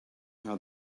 how